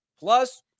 Plus